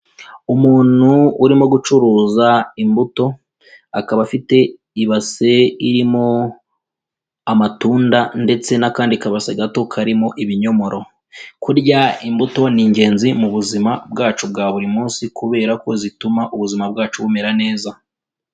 Umuntu urimo gucuruza imbuto, akaba afite ibase irimo amatunda ndetse n'akandi kabasi gato karimo ibinyomoro. Kurya imbuto ni ingenzi mu buzima bwacu bwa buri munsi kubera ko zituma ubuzima bwacu bumera neza.